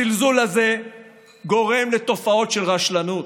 הזלזול הזה גורם לתופעות של רשלנות.